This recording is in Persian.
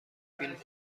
فیلم